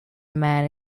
man